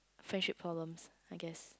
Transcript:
friendship problem I guess